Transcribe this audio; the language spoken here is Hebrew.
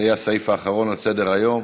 זה יהיה הסעיף האחרון על סדר-היום.